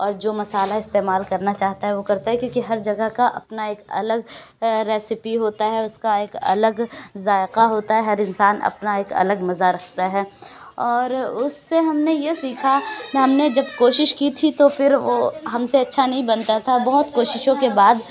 اور جو مسالہ استعمال کرنا چاہتا ہے وہ کرتا ہے کیونکہ ہر جگہ کا اپنا ایک الگ ریسپی ہوتا ہے اُس کا ایک الگ ذائقہ ہوتا ہے ہر انسان اپنا ایک الگ مزہ رکھتا ہے اور اُس سے ہم نے یہ سیکھا کہ ہم نے جب کوشش کی تھی تو پھر وہ ہم سے اچھا نہیں بنتا تھا بہت کوششوں کے بعد